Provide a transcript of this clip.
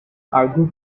argued